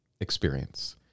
experience